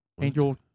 Angel